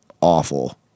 awful